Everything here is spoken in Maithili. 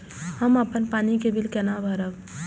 हम अपन पानी के बिल केना भरब?